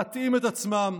להתאים את עצמם.